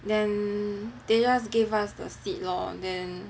then they just gave us the seat lor then